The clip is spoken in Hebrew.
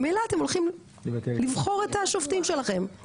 ממילא אתם הולכים לבחור את השופטים שלכם,